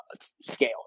scale